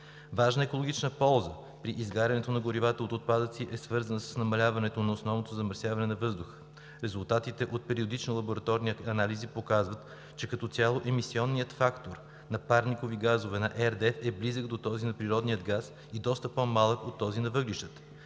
Важна екологична полза при изгарянето на горива от отпадъци е свързана с намаляването на основното замърсяване на въздуха. Резултатите от периодични лабораторни анализи показват, че като цяло емисионният фактор на парникови газове на RDF е близък до този на природния газ и доста по-малък от този на въглищата.